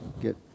get